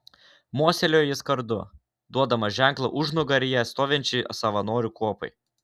mostelėjo jis kardu duodamas ženklą užnugaryje stovinčiai savanorių kuopai